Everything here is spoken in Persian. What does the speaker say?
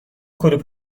کلوپ